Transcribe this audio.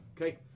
Okay